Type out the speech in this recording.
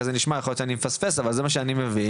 יכול להיות שאני מפספס, אבל זה מה שאני מבין.